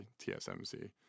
TSMC